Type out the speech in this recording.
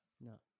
No